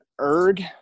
ERG